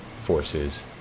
forces